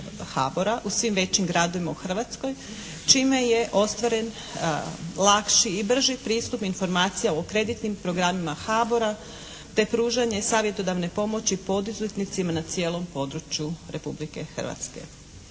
u svim većim gradovima u Hrvatskoj čime je ostvaren lakši i brži pristup informacija o kreditnim programima HBOR-a te pružanje savjetodavne pomoći poduzetnicima na cijelom području Republike Hrvatske.